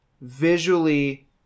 visually